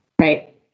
right